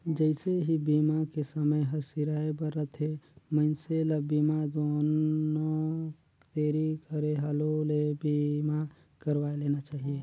जइसे ही बीमा के समय हर सिराए बर रथे, मइनसे ल बीमा कोनो देरी करे हालू ले बीमा करवाये लेना चाहिए